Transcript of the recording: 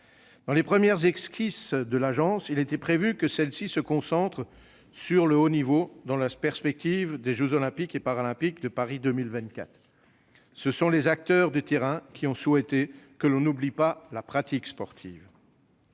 Dans les premières esquisses de l'Agence, il était prévu que celle-ci se concentre sur le haut niveau dans la perspective des jeux Olympiques et Paralympiques de Paris 2024. Ce sont les acteurs de terrain qui ont souhaité que l'on n'oublie pas la pratique sportive.